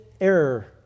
error